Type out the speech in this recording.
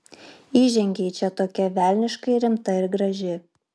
įžengei čia tokia velniškai rimta ir graži